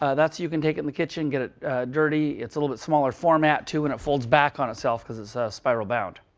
ah that's so you can take it in the kitchen, get it dirty. it's a little bit smaller format, too. and it folds back on itself, because it's spiral bound.